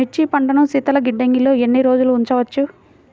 మిర్చి పంటను శీతల గిడ్డంగిలో ఎన్ని రోజులు ఉంచవచ్చు?